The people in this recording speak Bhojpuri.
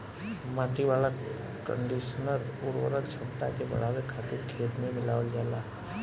माटी वाला कंडीशनर उर्वरक क्षमता के बढ़ावे खातिर खेत में मिलावल जाला